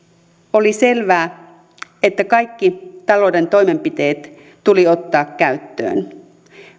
oli selvää että kaikki talouden toimenpiteet tuli ottaa käyttöön